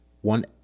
one